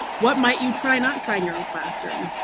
what might you try not trying your own classroom,